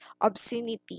obscenity